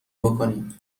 بکنی